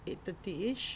eighty thirty ish